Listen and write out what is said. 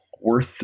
worth